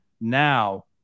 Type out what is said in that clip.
now